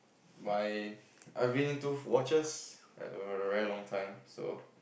my I've been into watches a very long time